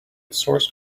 source